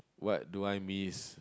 what do I miss